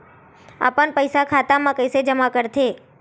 अपन पईसा खाता मा कइसे जमा कर थे?